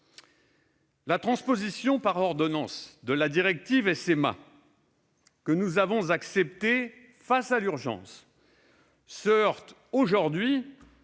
La transposition par ordonnances de la directive SMA, que nous avons acceptée face à l'urgence, se heurte aujourd'hui,